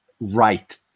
right